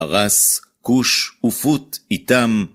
פרס, כוש, ופוט איתם.